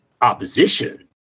opposition